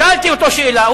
שאלתי אותו שאלה.